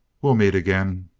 we'll meet again!